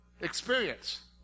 Experience